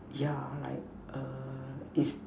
yeah like it's